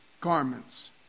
garments